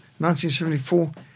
1974